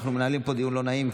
אנחנו מנהלים פה דיון לא נעים.